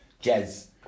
jazz